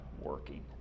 working